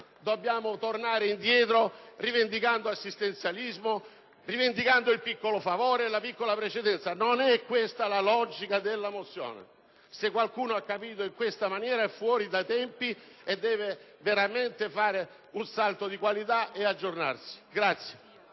dobbiamo tornare indietro, rivendicando assistenzialismo ed il piccolo favore e la piccola precedenza: non è questa la logica della mozione. Se qualcuno di voi gli ha attribuito questo significato, è fuori dai tempi e deve veramente fare un salto di qualità e aggiornarsi.